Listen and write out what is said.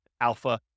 alpha